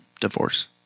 divorce